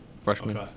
freshman